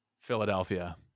Philadelphia